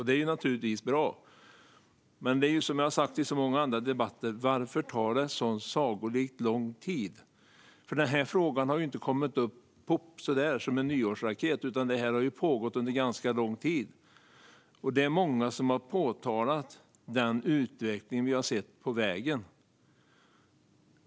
Det är naturligtvis bra, men som vi har sagt i så många andra debatter: Varför tar det så sagolikt lång tid? Den här frågan har nämligen inte dykt upp så där poff, som en nyårsraket, utan detta har pågått under ganska lång tid. Det är många som har påtalat den utveckling vi har sett på vägen.